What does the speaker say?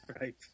Right